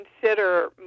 consider